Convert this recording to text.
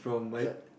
the